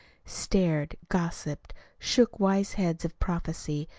stared, gossiped, shook wise heads of prophecy,